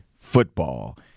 Football